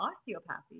osteopathy